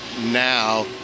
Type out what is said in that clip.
now